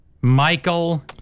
Michael